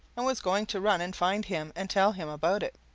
and was going to run and find him and tell him about it,